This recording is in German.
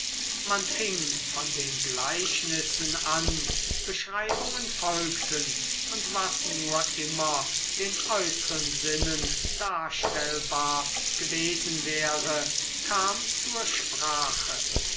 man fing von den gleichnissen an beschreibungen folgten und was nur immer den äußeren sinnen darstellbar gewesen wäre kam zur sprache